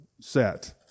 set